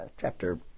chapter